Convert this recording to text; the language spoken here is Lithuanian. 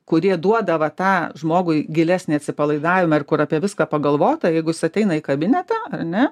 kuri duoda va tą žmogui gilesnį atsipalaidavimą ir kur apie viską pagalvota jeigu jis ateina į kabinetą ar ne